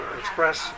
express